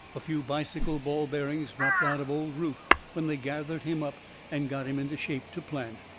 a few bicycle ball bearings dropped out of old rufe when they gathered him up and got him into shape to plant.